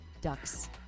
ducks